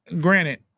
granted